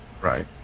Right